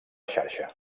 xarxa